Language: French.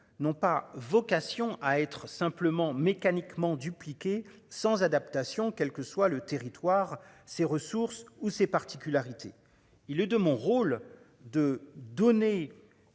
n'ont pas vocation à être simplement mécaniquement dupliquer sans adaptation quel que soit le territoire ces ressources ou ses particularités. Il est de mon rôle de donner.